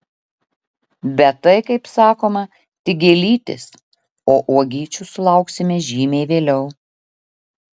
bet tai kaip sakoma tik gėlytės o uogyčių sulauksime žymiai vėliau